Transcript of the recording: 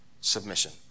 submission